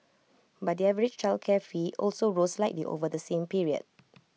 but the average childcare fee also rose slightly over the same period